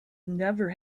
never